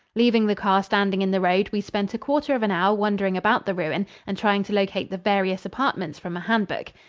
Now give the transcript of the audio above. leaving the car standing in the road, we spent a quarter of an hour wandering about the ruin and trying to locate the various apartments from a hand-book.